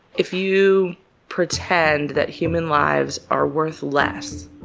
if you pretend that human lives are worth less